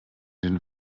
den